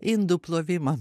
indų plovimas